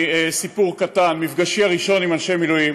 סיפור קטן: מפגשי הראשון עם אנשי מילואים